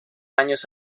años